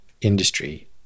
industry